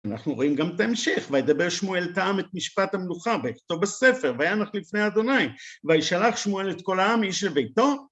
אנחנו רואים גם את ההמשך, וידבר שמואל טעם את משפט המלוכה, ויכתוב בספר, וינח לפני ה' ויישלח שמואל את כל העם, איש לביתו.